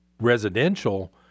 residential